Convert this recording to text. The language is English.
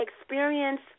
experience